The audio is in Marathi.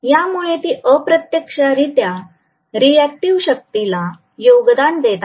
यामुळे ती अप्रत्यक्षरीत्या रिएक्टिव शक्तीला योगदान देत आहे